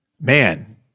man